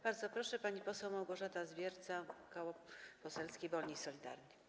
Bardzo proszę, pani poseł Małgorzata Zwiercan, Koło Poselskie Wolni i Solidarni.